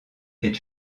est